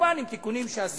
כמובן עם תיקונים שעשינו,